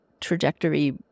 trajectory